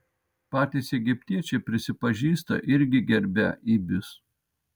patys egiptiečiai prisipažįsta irgi gerbią ibius